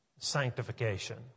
sanctification